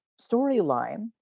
storyline